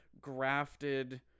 grafted